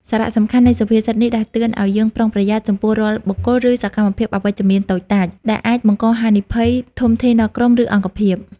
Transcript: សារៈសំខាន់នៃសុភាសិតនេះដាស់តឿនឲ្យយើង ប្រុងប្រយ័ត្ន ចំពោះរាល់បុគ្គល ឬសកម្មភាពអវិជ្ជមានតូចតាច ដែលអាចបង្កហានិភ័យធំធេងដល់ក្រុម ឬអង្គភាព។